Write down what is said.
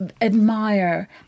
admire